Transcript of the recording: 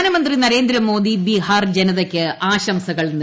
പ്രധാനമന്ത്രി നരേന്ദ്രമോദി ബീഹാർ ജനതയ്ക്ക് ആശംസകൾ നേർന്നു